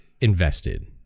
invested